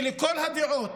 כי לכל הדעות,